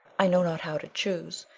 i know not how to choose.